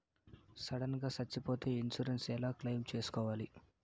Sudden గా సచ్చిపోతే insurance ఎలా క్లెయిమ్ సేసుకోవాలి?